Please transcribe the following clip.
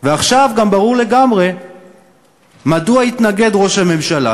ועכשיו גם ברור לגמרי מדוע התנגד ראש הממשלה